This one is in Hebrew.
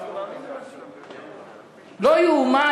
לא ייאמן,